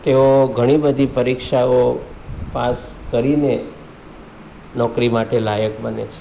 તેઓ ઘણી બધી પરીક્ષાઓ પાસ કરીને નોકરી માટે લાયક બને છે